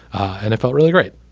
and it felt really great.